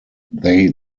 they